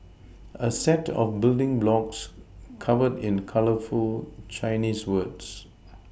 a set of building blocks covered in colourful Chinese words